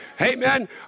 Amen